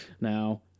Now